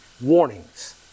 warnings